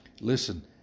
Listen